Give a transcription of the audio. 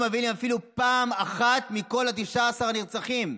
אבלים אפילו פעם אחת מכל 19 הנרצחים.